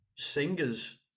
Singers